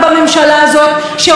להיאבק למענן.